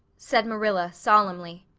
said marilla solemnly,